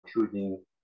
choosing